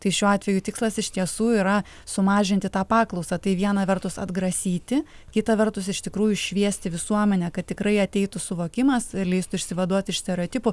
tai šiuo atveju tikslas iš tiesų yra sumažinti tą paklausą tai viena vertus atgrasyti kita vertus iš tikrųjų šviesti visuomenę kad tikrai ateitų suvokimas leistų išsivaduoti iš stereotipų